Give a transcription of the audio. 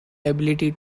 ability